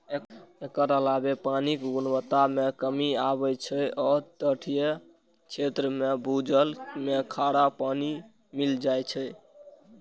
एकर अलावे पानिक गुणवत्ता मे कमी आबै छै आ तटीय क्षेत्र मे भूजल मे खारा पानि मिल जाए छै